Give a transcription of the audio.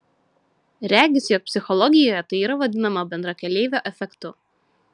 regis jog psichologijoje tai yra vadinama bendrakeleivio efektu